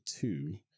two